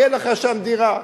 תהיה לך שם דירה.